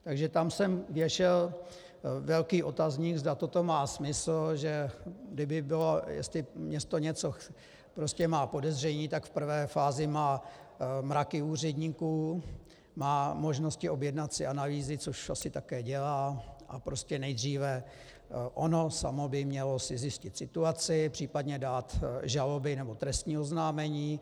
Takže tam jsem věšel velký otazník, zda toto má smysl, jestli město má podezření, tak v prvé fázi má mraky úředníků, má možnosti objednat si analýzy, což asi také dělá, a prostě nejdříve ono samo by mělo si zjistit situaci, případně dát žaloby nebo trestní oznámení.